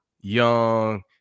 young